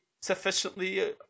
sufficiently